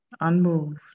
unmoved